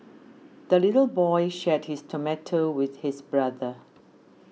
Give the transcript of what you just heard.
the little boy shared his tomato with his brother